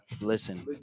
listen